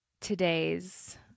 today's